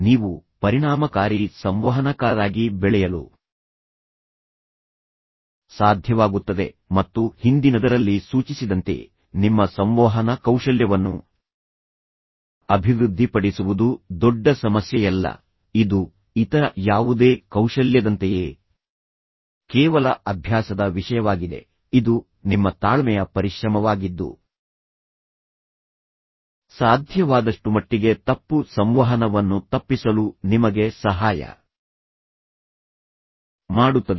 ನೀವು ಪರಿಣಾಮಕಾರಿ ಸಂವಹನಕಾರರಾಗಿ ಬೆಳೆಯಲು ಸಾಧ್ಯವಾಗುತ್ತದೆ ಮತ್ತು ಹಿಂದಿನದರಲ್ಲಿ ಸೂಚಿಸಿದಂತೆ ನಿಮ್ಮ ಸಂವಹನ ಕೌಶಲ್ಯವನ್ನು ಅಭಿವೃದ್ಧಿಪಡಿಸುವುದು ದೊಡ್ಡ ಸಮಸ್ಯೆಯಲ್ಲ ಇದು ಇತರ ಯಾವುದೇ ಕೌಶಲ್ಯದಂತೆಯೇ ಕೇವಲ ಅಭ್ಯಾಸದ ವಿಷಯವಾಗಿದೆ ಇದು ನಿಮ್ಮ ತಾಳ್ಮೆಯ ಪರಿಶ್ರಮವಾಗಿದ್ದು ಸಾಧ್ಯವಾದಷ್ಟು ಮಟ್ಟಿಗೆ ತಪ್ಪು ಸಂವಹನವನ್ನು ತಪ್ಪಿಸಲು ನಿಮಗೆ ಸಹಾಯ ಮಾಡುತ್ತದೆ